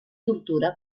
tortura